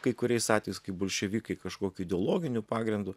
kai kuriais atvejais kai bolševikai kažkokiu ideologiniu pagrindu